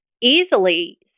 easily